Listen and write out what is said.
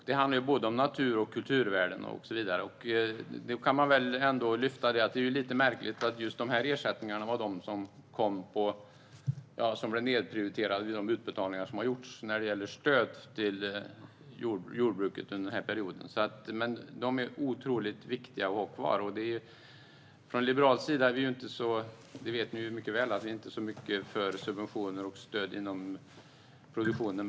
Det handlar om både natur och kulturvärden, och så vidare. Man kan ändå lyfta fram att det är lite märkligt att det var just de ersättningarna som blev nedprioriterade vid de utbetalningar av stöd till jordbruket som har gjorts under den här perioden. De är otroligt viktiga att ha kvar. Ni vet mycket väl att vi från liberal sida inte är så mycket för subventioner och stöd inom produktionen.